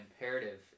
imperative